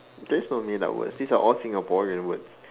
there's no made up words these are all Singaporean words